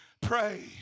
Pray